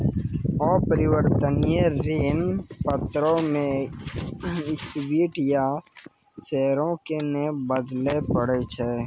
अपरिवर्तनीय ऋण पत्रो मे इक्विटी या शेयरो के नै बदलै पड़ै छै